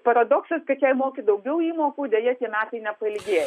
paradoksas kad jei moki daugiau įmokų deja tie metai neprailgėja